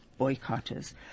boycotters